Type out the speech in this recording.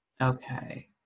okay